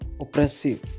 Oppressive